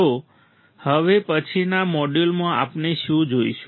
તો હવે પછીના મોડ્યુલમાં આપણે શું જોઈશું